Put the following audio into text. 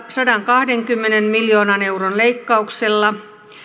sadankahdenkymmenen miljoonan euron leikkauksella